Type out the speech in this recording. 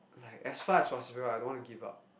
as far as possible I don't want to give up